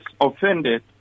offended